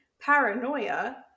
Paranoia